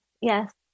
Yes